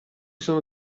sono